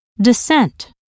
descent